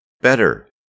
better